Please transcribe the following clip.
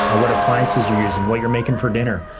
ah what appliances you're using, what you're making for dinner,